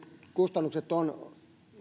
kustannukset ovat